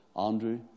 Andrew